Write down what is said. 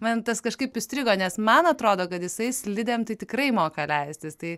mantas kažkaip įstrigo nes man atrodo kad jisai slidėm tai tikrai moka leistis tai